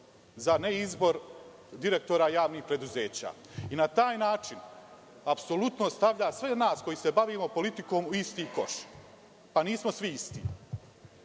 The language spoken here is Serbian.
za neizbor direktora javnih preduzeća i na taj način apsolutno stavlja sve nas koji se bavimo politikom u isti koš. Nismo svi isti. Ako